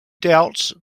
doubts